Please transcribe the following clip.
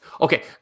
Okay